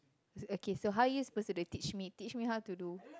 okay so how you supposed to do teach me teach me how to do